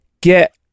get